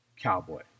cowboy